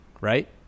right